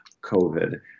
COVID